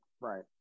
Right